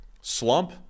slump